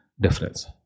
difference